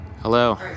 Hello